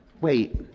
wait